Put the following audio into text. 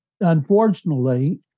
unfortunately